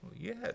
Yes